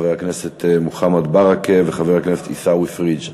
חבר הכנסת מוחמד ברכה וחבר הכנסת עיסאווי פריג'.